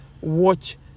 watch